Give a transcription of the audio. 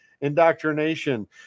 indoctrination